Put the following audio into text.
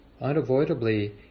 unavoidably